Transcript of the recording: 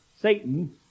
Satan